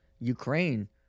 Ukraine